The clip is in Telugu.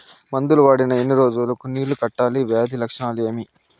మందులు వాడిన ఎన్ని రోజులు కు నీళ్ళు కట్టాలి, వ్యాధి లక్షణాలు ఏమి?